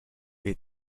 eat